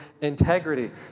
integrity